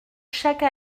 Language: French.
chaque